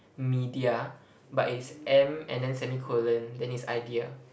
media but it's M and then semi colon then it's idea